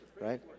right